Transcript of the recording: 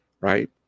right